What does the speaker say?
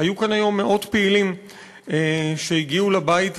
היו כאן היום מאות פעילים שהגיעו לבית הזה,